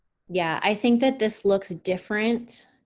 yeah i think that this looks different.